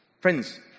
friends